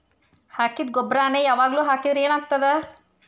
ಹಾಕಿದ್ದ ಗೊಬ್ಬರಾನೆ ಯಾವಾಗ್ಲೂ ಹಾಕಿದ್ರ ಏನ್ ಆಗ್ತದ?